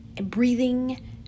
breathing